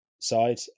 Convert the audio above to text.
side